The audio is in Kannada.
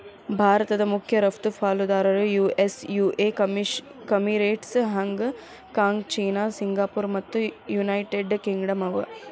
ಭಾರತದ್ ಮಖ್ಯ ರಫ್ತು ಪಾಲುದಾರರು US UAE Emirates, Hong Kong China Singapore ಮತ್ತು ಯುನೈಟೆಡ್ ಕಿಂಗ್ಡಮ್ ಅವ